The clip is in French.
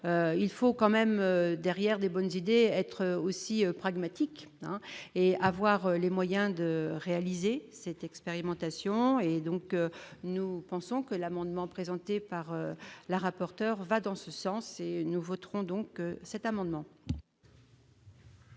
il faut quand même derrière des bonnes idées, être aussi pragmatique et avoir les moyens de réaliser c'est expérimentation et donc nous pensons que l'amendement présenté par la rapporteure va dans ce sens et nous voterons donc cet amendement.